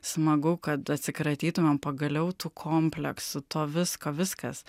smagu kad atsikratytume pagaliau tų kompleksų to visko viskas